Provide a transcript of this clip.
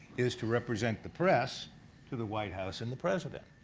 is to represent the press to the white house and the president,